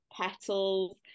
petals